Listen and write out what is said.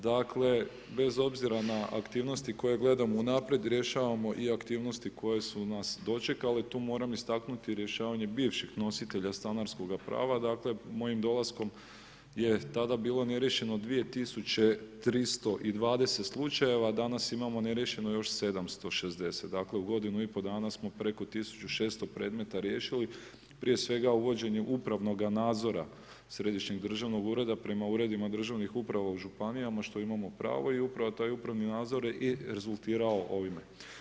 Dakle bez obzira na aktivnosti koje gledamo unaprijed i rješavamo i aktivnosti koje su nas dočekale tu moram istaknuti rješavanje bivših nositelja stanarskoga prava, dakle mojim dolaskom je tada bilo neriješeno 2320 slučajeva, danas imamo neriješeno još 760. dakle u godinu i pol dana smo preko 1600 predmeta riješili, prije svega uvođenjem upravnoga nadzora središnjeg državnog ureda prema uredima državnih uprava u županijama što imamo pravo i upravo taj upravni nadzor je i rezultirao ovime.